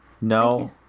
No